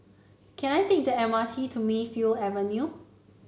can I take the M R T to Mayfield Avenue